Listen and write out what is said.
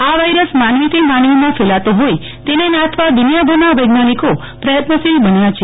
આ વાયરસ માનવીથી માનવીમાં ફેલાતો હોઈ તેને નાથવા દુનિયાભરના વૈજ્ઞાનિકો પ્રયત્નશીલ બન્યા છે